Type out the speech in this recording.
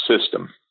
system